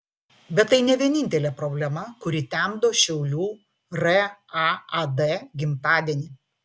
bet tai ne vienintelė problema kuri temdo šiaulių raad gimtadienį